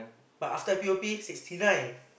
but after I P_O_P sixty nine